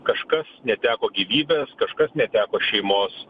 kažkas neteko gyvybės kažkas neteko šeimos